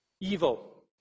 evil